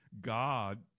god